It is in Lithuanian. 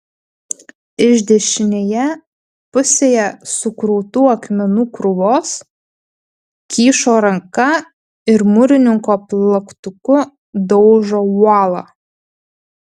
iš dešinėje pusėje sukrautų akmenų krūvos kyšo ranka ir mūrininko plaktuku daužo uolą